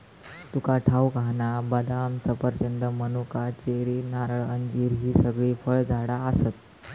तुका ठाऊक हा ना, बदाम, सफरचंद, मनुका, चेरी, नारळ, अंजीर हि सगळी फळझाडा आसत